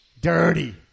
Dirty